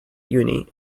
uni